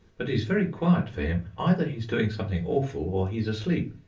but he's very quiet for him either he's doing something awful, or he's asleep.